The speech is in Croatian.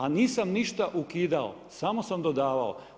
A nisam ništa ukidao, samo sam dodavao.